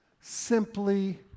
Simply